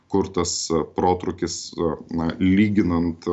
kur tas protrūkis na lyginant